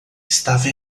estava